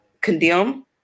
condemn